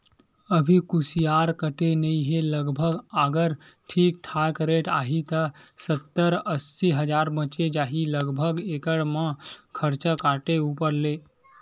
अभी कुसियार कटे नइ हे लगभग अगर ठीक ठाक रेट आही त सत्तर अस्सी हजार बचें जाही लगभग एकड़ म खरचा काटे ऊपर ले